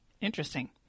Interesting